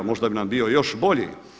Možda bi nam bio još bolji.